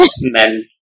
men